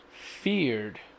feared